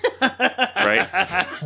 Right